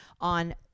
on